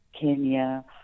Kenya